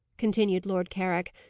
continued lord carrick.